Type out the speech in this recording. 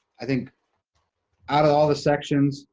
i think out of all the sections,